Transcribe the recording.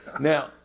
now